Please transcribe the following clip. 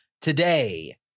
today